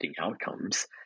outcomes